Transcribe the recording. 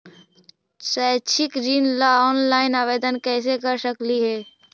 शैक्षिक ऋण ला ऑनलाइन आवेदन कैसे कर सकली हे?